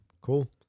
cool